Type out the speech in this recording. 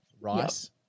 Rice